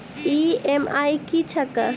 EMI की छैक?